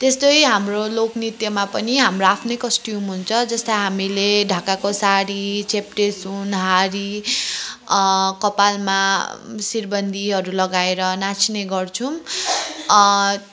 त्यस्तै हाम्रो लोकनृत्यमा पनि हाम्रो आफ्नै कस्ट्युम हुन्छ जस्तै हामीले ढाकाको साडी चेप्टे सुन हारी कपालमा शिरबन्दीहरू लगाएर नाच्ने गर्छौँ